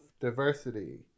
diversity